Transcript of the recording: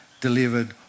delivered